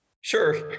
Sure